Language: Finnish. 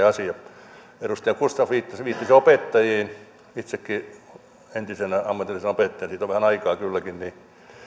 asia edustaja gustafsson viittasi opettajiin itsekin entisenä ammatillisena opettajana siitä on vähän aikaa kylläkin